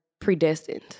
predestined